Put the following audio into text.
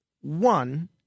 One